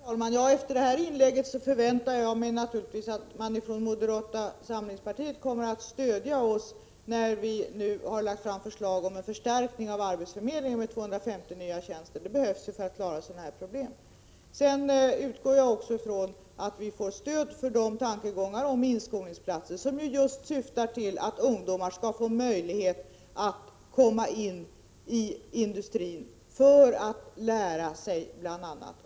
Herr talman! Efter detta inlägg förväntar jag mig naturligtvis att moderata samlingspartiet kommer att stödja regeringen när den nu har lagt fram förslag om en förstärkning av arbetsförmedlingen med 250 nya tjänster som behövs för att klara sådana här problem. Jag utgår också från att regeringen får stöd för tankegångarna om inskolningsplatser, som just syftar till att ungdomar skall få möjlighet att komma in i industrin för att lära sig ett yrke.